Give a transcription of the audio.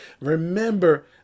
Remember